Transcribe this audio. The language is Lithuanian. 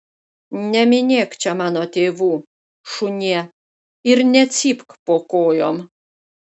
neminėk čia mano tėvų šunie ir necypk po kojom